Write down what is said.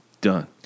Done